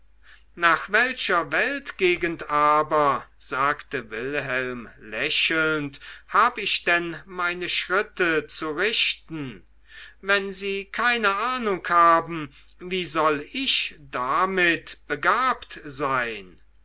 nach welcher weltgegend aber sagte wilhelm lächelnd hab ich denn meine schritte zu richten wenn sie keine ahnung haben wie soll ich damit begabt sein